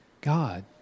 God